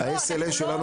ה-SLA שלנו בשגרה --- לא,